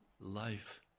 life